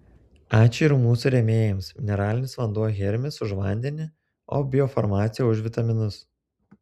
ačiū ir mūsų rėmėjams mineralinis vanduo hermis už vandenį o biofarmacija už vitaminus